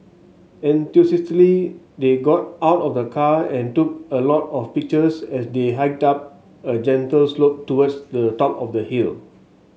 they got out of the car and took a lot of pictures as they hiked up a gentle slope towards the top of the hill